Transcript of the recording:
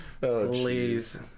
Please